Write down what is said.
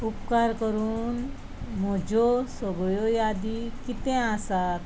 उपकार करून म्हज्यो सगळ्यो यादी कितें आसात